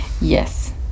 yes